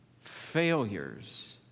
failures